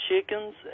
chickens